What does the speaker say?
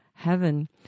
heaven